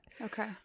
Okay